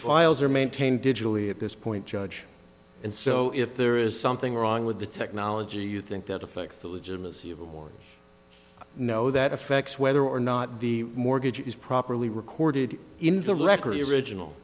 files are maintained digitally at this point judge and so if there is something wrong with the technology you think that affects the legitimacy of know that affects whether or not the mortgage is properly recorded in the record your original